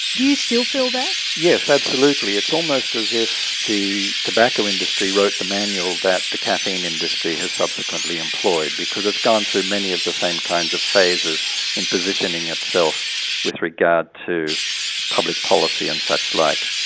do you still feel that? yes, absolutely, it's almost as if the tobacco industry wrote the manual that the caffeine industry has subsequently employed, because it's gone through many of the same kinds of phases in positioning itself with regard to public policy and such like.